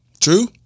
True